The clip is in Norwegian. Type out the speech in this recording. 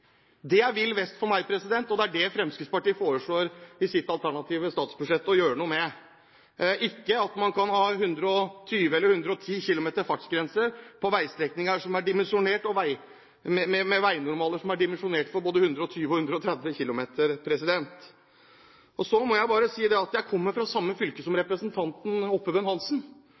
Det er vill vest for meg, og det er det Fremskrittspartiet foreslår å gjøre noe med i sitt alternative statsbudsjett, ikke om man kan ha 120 eller 110 km/t fartsgrense på veistrekninger med veinormaler som er dimensjonert for 120 og 130 km/t. Så må jeg bare si at jeg kommer fra samme fylke som representanten Oppebøen Hansen,